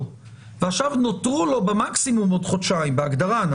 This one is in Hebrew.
ועכשיו נותרו לו במקסימום עוד חודשיים בהגדרה.